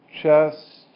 chest